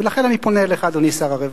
ולכן, אני פונה אליך, אדוני שר הרווחה.